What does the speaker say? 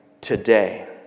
today